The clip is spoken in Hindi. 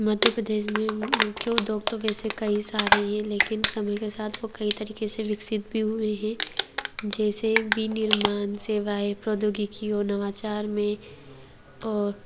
मध्य प्रदेश में मुख्य उद्योग तो वैसे कई सारे हैं लेकिन समय के साथ वह कई तरीके से विकसित भी हुए हैं जैसे विनिर्माण सेवा है प्रौद्योगिकी और नवाचार में और